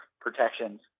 protections